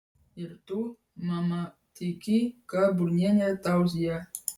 ir tu mama tiki ką burnienė tauzija